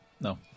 no